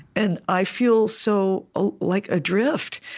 and i feel so ah like adrift.